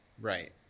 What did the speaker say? Right